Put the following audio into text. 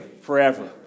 forever